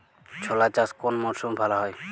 ছোলা চাষ কোন মরশুমে ভালো হয়?